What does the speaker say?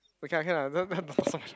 we can lah can lah then don't talk so much